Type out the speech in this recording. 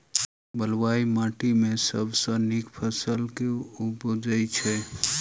बलुई माटि मे सबसँ नीक फसल केँ उबजई छै?